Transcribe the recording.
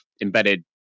embedded